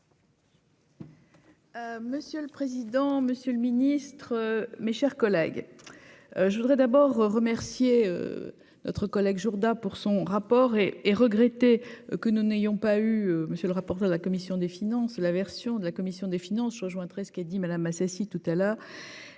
Monsieur le président, monsieur le ministre, mes chers collègues. Je voudrais d'abord remercier notre collègue Jourda pour son rapport et et regretté que nous n'ayons pas eu monsieur le rapporteur de la commission des finances, la version de la commission des finances je rejoindrai ce qui est dit Madame Assassi tout à l'heure.